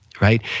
right